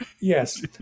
Yes